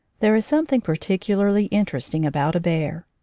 there is something particularly interest ing about a bear.